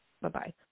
Bye-bye